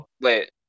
Wait